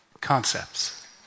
concepts